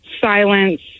silence